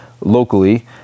locally